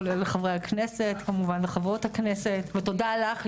כולל חברי הכנסת כמובן וחברות הכנסת ותודה לך,